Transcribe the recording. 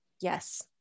Yes